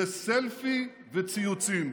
זה סלפי וציוצים.